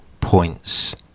points